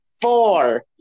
four